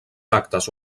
actes